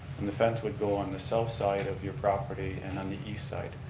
and the fence would go on the south side of your property and on the east side.